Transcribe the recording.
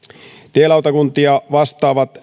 tielautakuntia vastaavat